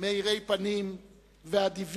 מאירי פנים ואדיבים,